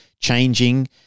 changing